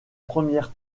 première